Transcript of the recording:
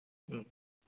ꯎꯝ